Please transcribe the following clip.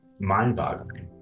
mind-boggling